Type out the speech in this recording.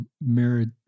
married